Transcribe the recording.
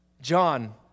John